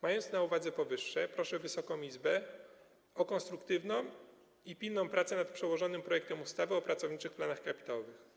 Mając na uwadze powyższe, proszę Wysoką Izbę o konstruktywną i pilną pracę nad przedłożonym projektem ustawy o pracowniczych planach kapitałowych.